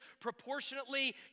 proportionately